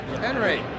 Henry